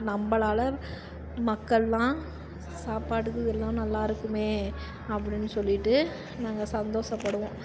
நம்பளால மக்கள் எல்லாம் சாப்பாடுக்கு எல்லாம் நல்லா இருக்குமே அப்படின்னு சொல்லிவிட்டு நாங்கள் சந்தோஷப்படுவோம்